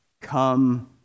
Come